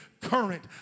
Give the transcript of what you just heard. current